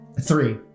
three